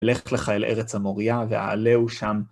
לך לך אל ארץ המוריה, והעלהו שם.